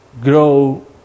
grow